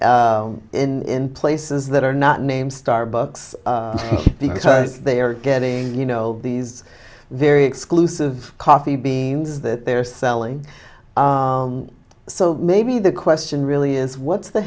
in places that are not name starbucks because they are getting you know these very exclusive coffee beans that they're selling so maybe the question really is what's the